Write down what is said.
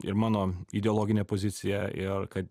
ir mano ideologinė pozicija ir kad